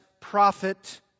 prophet